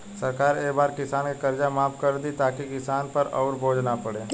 सरकार ए बार किसान के कर्जा माफ कर दि ताकि किसान पर अउर बोझ ना पड़े